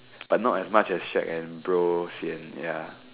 but not as much as shag and bro sian ya